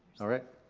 alright.